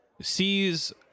sees